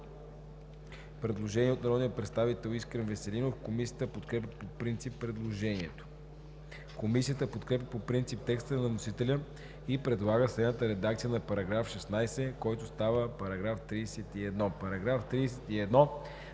предложение от народния представител Искрен Веселинов. Комисията подкрепя по принцип предложението. Комисията подкрепя по принцип текста на вносителя и предлага следната редакция на § 16, който става § 31: „§ 31.